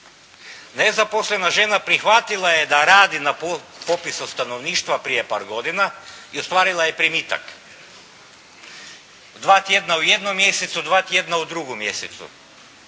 Nezaposlena žena prihvatila je da radi na popisu stanovništva prije par godina i ostvarila je primitak. Dva tjedna u jednom mjesecu, dva tjedna u drugom mjesecu.